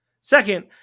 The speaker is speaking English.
Second